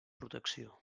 protecció